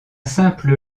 simple